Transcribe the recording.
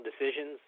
decisions